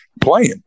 playing